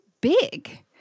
big